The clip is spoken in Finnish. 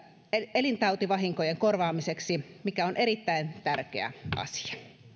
eläintautivahinkojen korvaamiseksi mikä on erittäin tärkeä asia